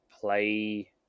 play